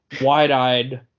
wide-eyed